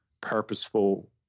purposeful